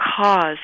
cause